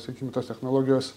sakykim tos technologijos